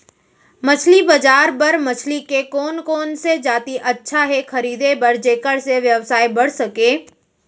मछली बजार बर मछली के कोन कोन से जाति अच्छा हे खरीदे बर जेकर से व्यवसाय बढ़ सके?